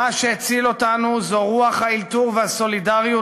מה שהציל אותנו זה רוח האלתור והסולידריות